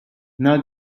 now